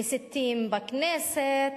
מסיתים בכנסת,